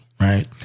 Right